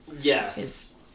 Yes